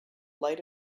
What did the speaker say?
light